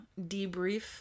debrief